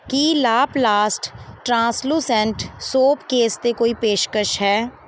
ਕੀ ਲਾਪਲਾਸਟ translucent soap case 'ਤੇ ਕੋਈ ਪੇਸ਼ਕਸ਼ ਹੈ